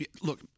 look